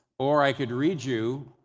or i could read you